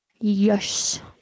Yes